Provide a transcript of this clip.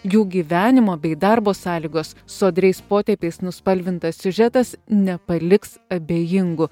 jų gyvenimo bei darbo sąlygos sodriais potėpiais nuspalvintas siužetas nepaliks abejingų